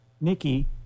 Nikki